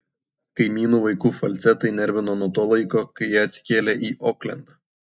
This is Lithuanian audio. kaimynų vaikų falcetai nervino nuo to laiko kai jie atsikėlė į oklendą